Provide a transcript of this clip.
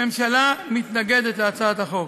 הממשלה מתנגדת להצעת החוק.